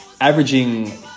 Averaging